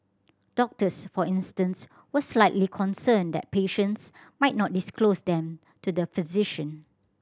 doctors for instance were slightly concerned that patients might not disclose them to the physician